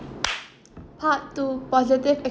part two positive ex~